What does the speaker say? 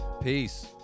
Peace